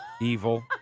evil